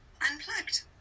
unplugged